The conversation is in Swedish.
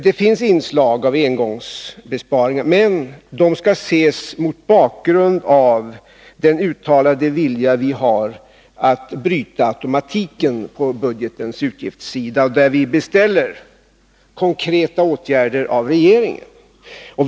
Det finns inslag av engångsbesparingar, men dessa skall ses mot bakgrund av den uttalade vilja vi har att fullfölja åtgärderna med att bryta automatiken på budgetens utgiftssida och där vi beställer konkreta åtgärder av regeringen.